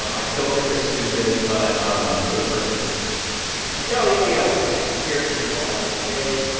um i still think they're stupid. but um for the purposes of people not yelling at me, i will say that here, even though i will be vague.